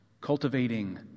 cultivating